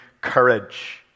courage